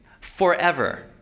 forever